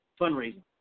fundraising